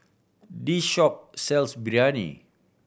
this shop sells Biryani